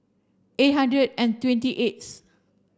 eight hundred and twenty eighth